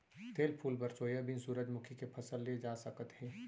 तेल फूल बर सोयाबीन, सूरजमूखी के फसल ले जा सकत हे